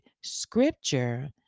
scripture